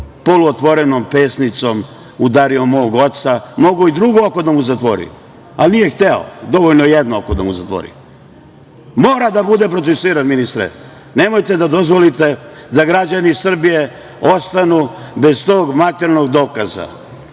poluotvorenom pesnicom udario mog oca, mogao je i drugo oko da mu zatvori, ali nije hteo, dovoljno je jedno oko da mu zatvori. Mora da bude procesuiran, ministre. Nemojte da dozvolite da građani Srbije ostanu bez tog materijalnog dokaza,